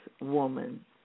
woman